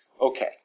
okay